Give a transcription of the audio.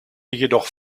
jedoch